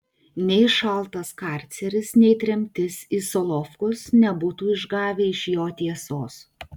nei šaltas karceris nei tremtis į solovkus nebūtų išgavę iš jo tiesos